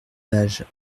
page